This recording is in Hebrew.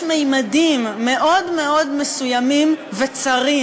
יש ממדים מאוד מאוד מסוימים וצרים,